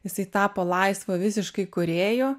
jisai tapo laisvu visiškai kūrėju